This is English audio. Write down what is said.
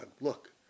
look